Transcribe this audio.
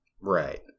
right